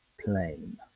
Plain